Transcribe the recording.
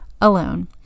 alone